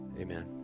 amen